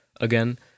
again